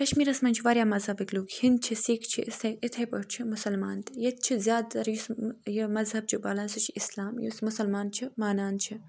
کشمیٖرَس منٛز چھِ واریاہ مزہبٕکۍ لُکھ ہیٚنٛدۍ چھِ سِکھ چھِ یِتھَے پٲٹھۍ چھُ مُسَلمان تہِ ییٚتہِ چھِ زیادٕ تَر یُس یہِ مزہب چھِ پالان سُہ چھِ اِسلام یُس مسلمان چھِ مانان چھِ